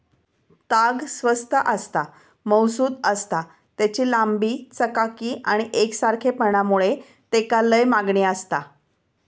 ताग स्वस्त आसता, मऊसुद आसता, तेची लांबी, चकाकी आणि एकसारखेपणा मुळे तेका लय मागणी आसता